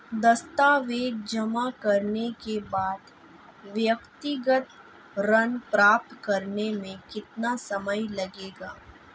दस्तावेज़ जमा करने के बाद व्यक्तिगत ऋण प्राप्त करने में कितना समय लगेगा?